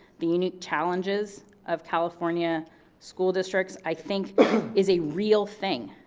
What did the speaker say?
the unique challenges of california school districts, i think is a real thing.